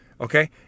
Okay